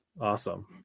awesome